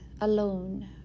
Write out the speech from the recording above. alone